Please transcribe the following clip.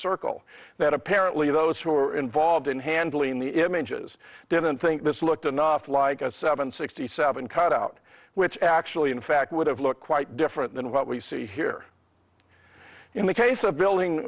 circle that apparently those who were involved in handling the images didn't think this looked enough like a seven sixty seven cutout which actually in fact would have looked quite different than what we see here in the case of building